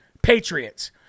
Patriots